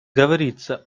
говорится